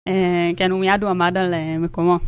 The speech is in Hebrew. כן, ומיד הוא עמד על מקומו